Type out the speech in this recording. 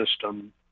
system